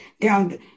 down